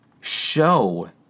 show